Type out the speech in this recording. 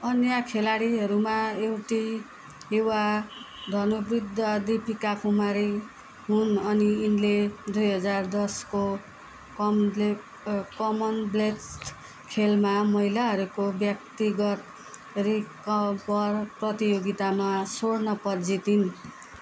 अन्य खेलाडीहरूमा एउटी युवा धनुवृद्ध दीपिका कुमारी हुन् अनि यिनले दुई हजार दसको कमनवेल्थ खेलमा महिलाहरूको व्यक्तिगत रिकभर प्रतियोगितामा स्वर्ण पद जितिन्